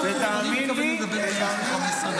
ותאמין לי --- איך אתה עושה את זה?